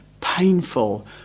painful